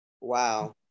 Wow